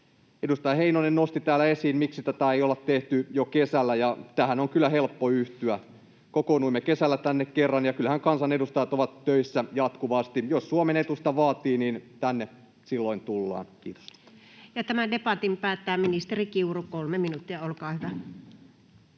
Edustaja Heinonen nosti täällä esiin, miksi tätä ei ole tehty jo kesällä, ja tähän on kyllä helppo yhtyä. Kokoonnuimme kesällä tänne kerran, ja kyllähän kansanedustajat ovat töissä jatkuvasti. Jos Suomen etu sitä vaatii, niin tänne silloin tullaan. — Kiitos. [Speech 78] Speaker: Anu Vehviläinen Party: